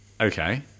Okay